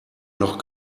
noch